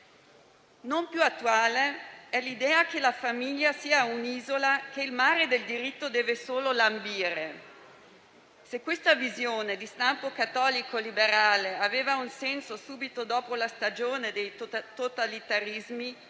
Non più attuale è l'idea che la famiglia sia un'isola che il mare del diritto deve solo lambire. Se questa visione di stampo cattolico-liberale aveva un senso subito dopo la stagione dei totalitarismi,